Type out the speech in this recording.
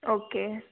okay